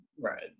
right